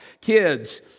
kids